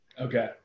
Okay